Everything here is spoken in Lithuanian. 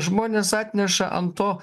žmonės atneša ant to